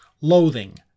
loathing